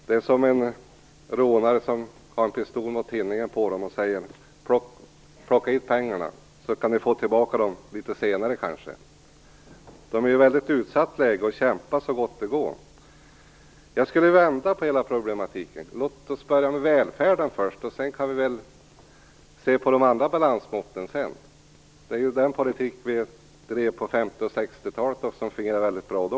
Det är ungefär som rånaren som sätter en pistol mot tinningen på en annan människa och säger: Ge hit pengarna, så kan du kanske få tillbaka dem litet senare. Man befinner sig i ett väldigt utsatt läge och kämpar så gott det går. Jag skulle vilja vända på problematiken. Låt oss börja med välfärden, och sedan kan vi se på de andra balanserna. Sådan politik drevs på 50 och 60-talen, och den fungerade bra då.